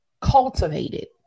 cultivated